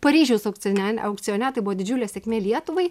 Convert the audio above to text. paryžiaus aukcione aukcione tai buvo didžiulė sėkmė lietuvai